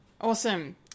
Awesome